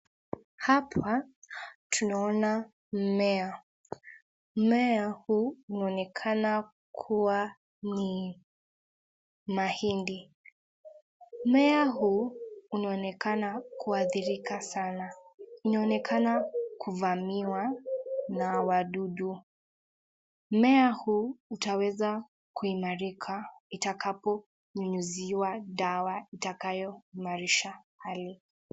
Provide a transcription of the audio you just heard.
Hapa tunaona mimmea. Mimmea huu inaonekana kuwa ni mahindi. Mimmea huu huonekana kuathirika sana. Inaonekana kuvamiwa na wadudu. Mimmea huu utaweza kuimarika itakapo nyunyiziwa dawa itakayo imarisha hali.